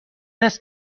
است